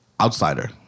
outsider